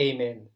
Amen